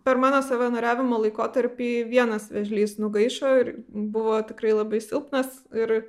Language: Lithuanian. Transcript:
per mano savanoriavimo laikotarpį vienas vėžlys nugaišo ir buvo tikrai labai silpnas ir